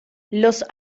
los